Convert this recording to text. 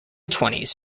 twenties